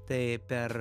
tai per